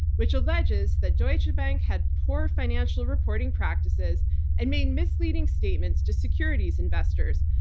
which alleges that deutsche bank had poor financial reporting practices and made misleading statements to securities investors,